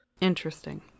Interesting